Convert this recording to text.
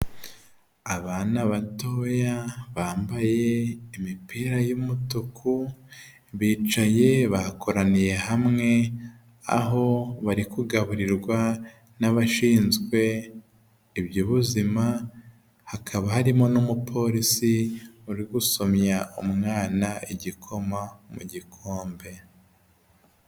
Abana batoya bambaye imipira y'umutuku, bicaye bakoraniye hamwe aho bari kugaburirwa n'abashinzwe iby'ubuzima, hakaba harimo n'umupolisi uri gusomya umwana igikoma mu gikombe.